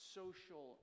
social